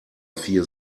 vier